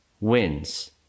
wins